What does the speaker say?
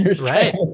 right